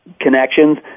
Connections